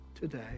today